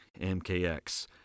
MKX